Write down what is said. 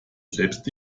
selbst